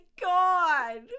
god